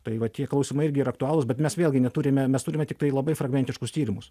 tai va tie klausimai irgi yra aktualūs bet mes vėlgi neturime mes turime tiktai labai fragmentiškus tyrimus